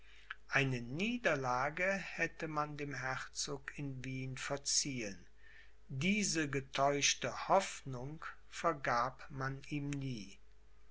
eine niederlage hätte man dem herzog in wien verziehen diese getäuschte hoffnung vergab man ihm nie